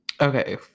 Okay